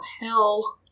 hell